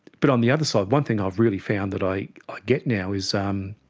but on the other side, one thing i've really found that i get now is um